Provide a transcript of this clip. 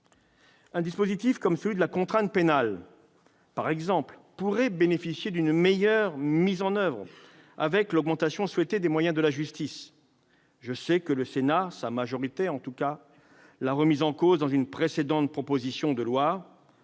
Un dispositif comme celui de la contrainte pénale, par exemple, pourrait bénéficier d'une meilleure mise en oeuvre avec l'augmentation souhaitée des moyens de la justice. Je sais que la majorité au Sénat l'a remise en cause dans une précédente proposition de loi.